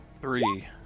Three